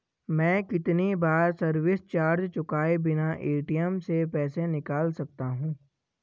मैं कितनी बार सर्विस चार्ज चुकाए बिना ए.टी.एम से पैसे निकाल सकता हूं?